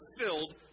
filled